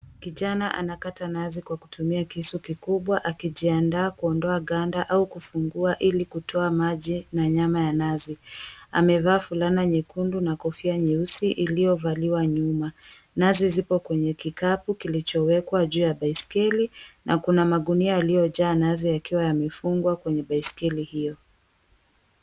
Kijana anakata nazi akitumia kisu kikubwa , akiandaa kutoa ganda au kufungua ili kutoa maji na nyama ya . Avaa shati nyekundu na kofia nyeusi iliyovaliwa nyuma. Nazi ziko kwenye kikapu iliyowekwa juu ya baiskeli na kuna magunia yaliyojaa nazi yakiwa yamefungwa kwenye baiskeli hiyo.